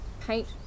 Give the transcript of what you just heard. paint